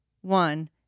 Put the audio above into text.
One